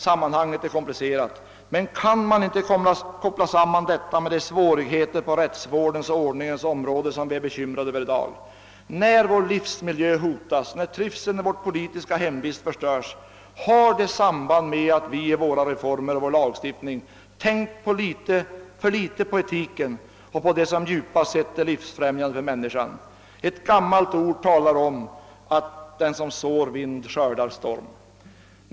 Sammanhanget är komplicerat, men kan man inte koppla samman denna fråga med de svårigheter på rättsvårdens och ordningens område som bereder oss sådana bekymmer i dag? När vår livsmiljö hotas och trivseln i vårt politiska hemvist förstöres har det samband med att vi i våra reformer och i vår lagstiftning har tänkt för litet på etiken och på det som djupast sett är livsfrämjande för människan. Ett gammalt ordspråk säger att den som sår vind, skördar storm.